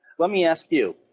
let me ask you,